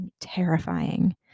terrifying